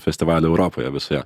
festivalių europoje visoje